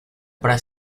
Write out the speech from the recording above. para